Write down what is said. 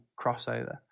crossover